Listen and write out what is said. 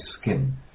skin